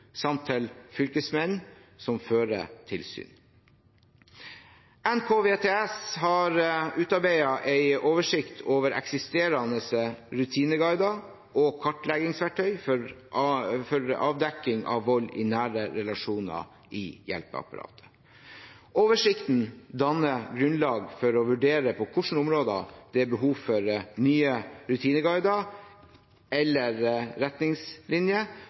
samt fylkesmenn som fører tilsyn. NKVTS har utarbeidet en oversikt over eksisterende rutineguider og kartleggingsverktøy i hjelpeapparatet for avdekking av vold i nære relasjoner. Oversikten danner grunnlag for å vurdere på hvilke områder det er behov for nye rutineguider eller